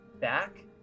back